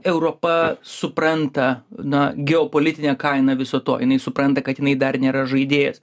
europa supranta na geopolitinė kaina viso to jinai supranta kad jinai dar nėra žaidėjas